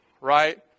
right